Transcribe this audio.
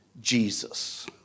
Jesus